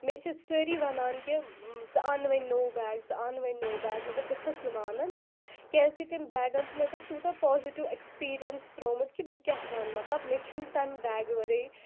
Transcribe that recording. مےٚ چھِ سٲرِی وَنان کہِ ژٕ اَن وۅنۍ نوٚو بیگ ژٕ اَن وۅنۍ نوٚو بیگ مگر بہٕ چھَس نہٕ مانان کیٚنٛہہ کیٛازِکہِ تٔمۍ بیگَن چھُ مےٚ پٮ۪ٹھ تیٛوٗتاہ پازِٹیو ایکٕسپیٖرنَس ترٛوومُت کہِ بہٕ کیٛاہ وَنہٕ مطلب مےٚ چھُنہٕ تَمہِ بیگہٕ ورٲیی